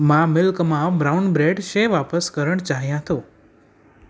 मां मिल्क मां brown bread शइ वापिसि करणु चाहियां थो